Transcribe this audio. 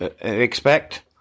expect